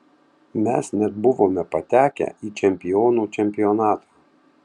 mes net buvome patekę į čempionų čempionatą